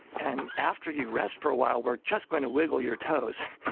and after you rest for a while we are just going to wiggle your toes.